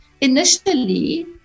initially